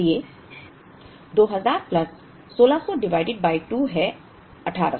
इसलिए 2000 plus 1600 divided by 2 है 1800